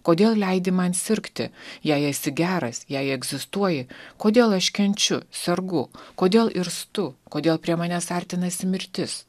kodėl leidi man sirgti jei esi geras jei egzistuoji kodėl aš kenčiu sargu kodėl irztu kodėl prie manęs artinasi mirtis